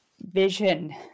vision